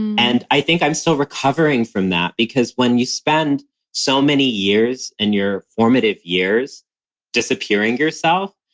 and i think i'm still recovering from that, because when you spend so many years and your formative years disappearing yourself,